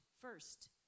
first